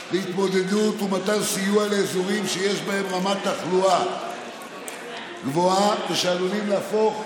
להתמודדות ומתן סיוע לאזורים שיש בהם רמת תחלואה גבוהה ושעלולים להפוך